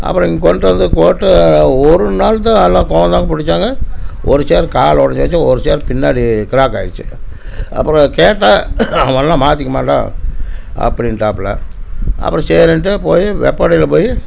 அப்புறம் இங்கே கொண்டுட்டு வந்து போட்டு ஒரு நாள் தான் நல்லா பிடுச்சாங்க ஒரு சேர் கால் உடஞ்சிருச்சு ஒரு சேர் பின்னாடி கிராக் ஆகிருச்சு அப்புறம் கேட்டால் அவனெல்லாம் மாற்றிக்க மாட்டான் அப்படின்டாப்புல அப்புறம் சரின்ட்டு போய் வெப்படையில் போய்